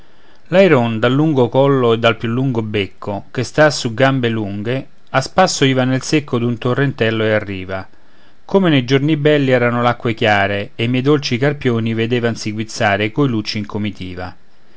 dal lungo collo e dal più lungo becco che sta su gambe lunghe a spasso iva nel secco d'un torrentello e a riva come nei giorni belli erano l'acque chiare e i miei dolci carpioni vedevansi a guizzare coi lucci in comitiva